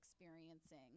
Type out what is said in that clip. experiencing